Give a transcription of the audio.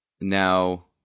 Now